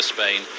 Spain